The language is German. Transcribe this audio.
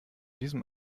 diesem